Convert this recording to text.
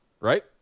Right